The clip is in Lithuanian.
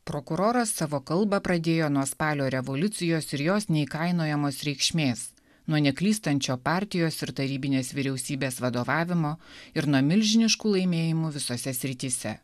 prokuroras savo kalbą pradėjo nuo spalio revoliucijos ir jos neįkainojamos reikšmės nuo neklystančio partijos ir tarybinės vyriausybės vadovavimo ir nuo milžiniškų laimėjimų visose srityse